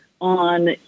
on